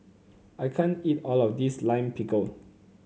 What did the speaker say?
I can't eat all of this Lime Pickle